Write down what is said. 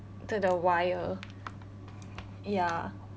to the wire ya